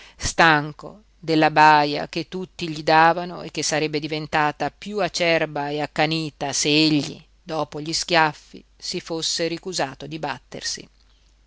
stanco della baja che tutti gli davano e che sarebbe diventata piú acerba e accanita se egli dopo gli schiaffi si fosse ricusato di battersi